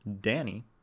Danny